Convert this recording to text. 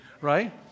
Right